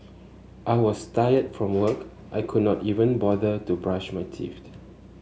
I was tired from work I could not even bother to brush my teeth